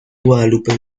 guadalupe